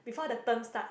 before the term start